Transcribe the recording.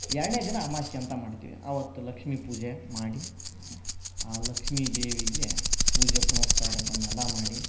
ಎರಡನೇ ದಿನ ಅಮಾವಾಸಿ ಅಂತ ಮಾಡ್ತೀವಿ ಅವತ್ತು ಲಕ್ಷ್ಮೀ ಪೂಜೆ ಮಾಡಿ ಆ ಲಕ್ಷ್ಮೀ ದೇವಿಗೆ ಪೂಜೆ ಪುನಸ್ಕಾರಗಳನ್ನ ಎಲ್ಲಾ ಮಾಡಿ